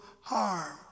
harm